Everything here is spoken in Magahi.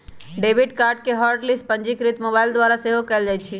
डेबिट कार्ड के हॉट लिस्ट पंजीकृत मोबाइल द्वारा सेहो कएल जाइ छै